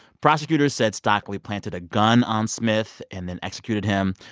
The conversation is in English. prosecutors said stockley planted a gun on smith and then executed him.